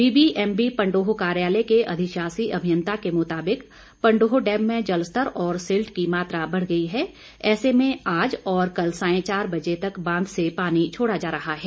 BBMB Pandoh कार्यालय के अधिशाषी अभियंता के मुताबिक पंडोह डैम में जलस्तर और सिल्ट की मात्रा बढ़ गई है ऐसे में आज और कल सायं चार बजे तक बांध से पानी छोड़ा जा रहा है